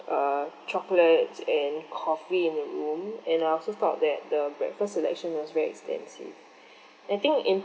err chocolate and coffee in the room and I also thought that the breakfast selection is very extensive I think in